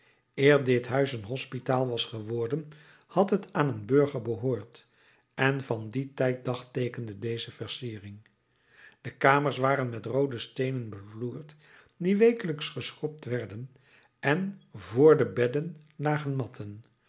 eer dit huis een hospitaal was geworden had het aan een burger behoord en van dien tijd dagteekende deze versiering de kamers waren met roode steenen bevloerd die wekelijks geschrobd werden en vr de bedden